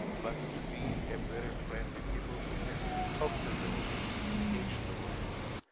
but to be a very friendly people who can talk to the audience, engage the audience.